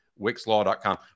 wickslaw.com